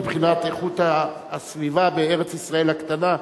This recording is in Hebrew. מבחינת איכות הסביבה בארץ-ישראל הקטנה,